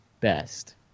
best